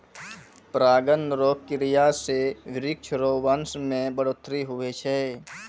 परागण रो क्रिया से वृक्ष रो वंश मे बढ़ौतरी हुवै छै